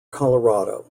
colorado